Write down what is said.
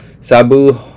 Sabu